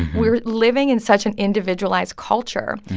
we're living in such an individualized culture,